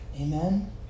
Amen